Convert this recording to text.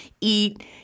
eat